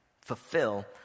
fulfill